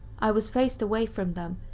i was faced away from them,